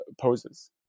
poses